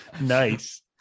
Nice